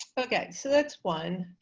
okay, so that's one,